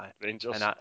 Rangers